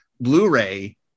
blu-ray